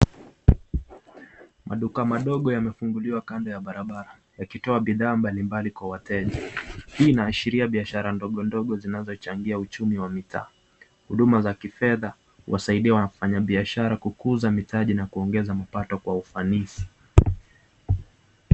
Maduka madogo yamefunguliwa kando ya barabara ,yakitoa bidhaa mbalimbali kwa wateja . Hii inaashiria biashara ndogo ndogo zinazochangia uchumi wa mitaa . Huduma za kifedha huwasaidia wafanyabiashara kukuza mitaji na kuongeza mapato kwa ufanisi.